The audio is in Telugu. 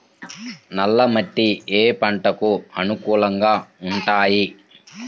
నల్ల మట్టి ఏ ఏ పంటలకు అనుకూలంగా ఉంటాయి?